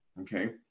okay